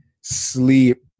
Sleep